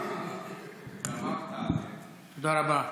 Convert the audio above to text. תודה רבה.